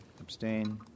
Abstain